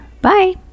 Bye